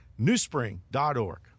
newspring.org